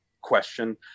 question